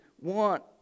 want